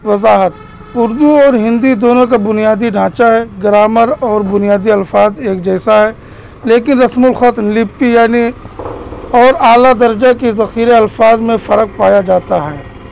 وضاحت اردو اور ہندی دونوں کا بنیادی ڈھانچا ہے گرامر اور بنیادی الفاظ ایک جیسا ہے لیکن رسم الخط لپی یعنی اور اعلیٰ درجہ کے ذخیرہ الفاظ میں پھرق پایا جاتا ہے